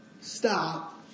stop